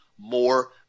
more